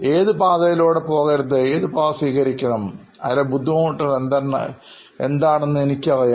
ഏതു പാതയിലൂടെ പോകരുത് ഏതു പാത സ്വീകരിക്കുക അതിലെ ബുദ്ധിമുട്ടുകൾ എന്താണെന്ന് എനിക്കറിയാം